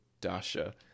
Dasha